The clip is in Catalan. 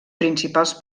principals